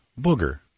Booger